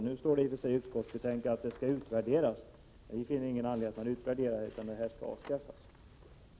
Nu står det i och för sig i utskottsbetänkandet att detta skall utvärderas. Vi finner ingen anledning till utvärdering av denna försöksverksamhet, utan vi anser att den skall avskaffas.